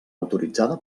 autoritzada